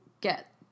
get